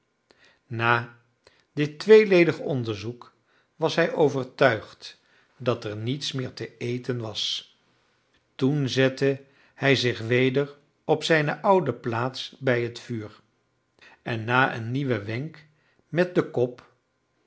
na dit tweeledig onderzoek was hij overtuigd dat er niets meer te eten was toen zette hij zich weder op zijne oude plaats bij het vuur en na een nieuwen wenk met den kop